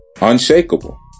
unshakable